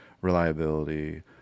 reliability